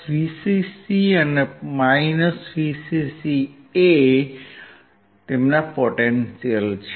Vcc અને -Vcc એ potential છે